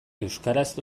euskaraz